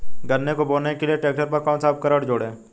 गन्ने को बोने के लिये ट्रैक्टर पर कौन सा उपकरण जोड़ें?